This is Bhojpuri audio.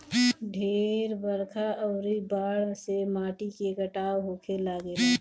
ढेर बरखा अउरी बाढ़ से माटी के कटाव होखे लागेला